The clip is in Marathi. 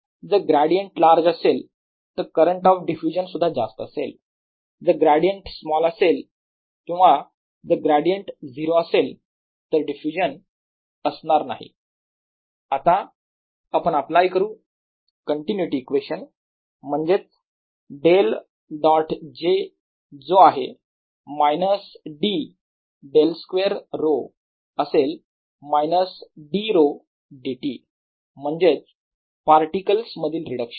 जर ग्रेडियंट लार्ज असेल तर करंट ऑफ डिफ्युजन सुद्धा जास्त असेल जर ग्रॅडियंट स्मॉल असेल किंवा जर ग्रॅडियंट झिरो असेल तर डिफ्युजन असणार नाही आता आपण अप्लाय करू कंटिन्युटी इक्वेशन म्हणजेच ▽ डॉट j जो आहे मायनस D ▽2 𝞀 असेल मायनस d 𝞀 d t म्हणजेच पार्टिकल्स मधील रिडक्शन